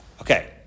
Okay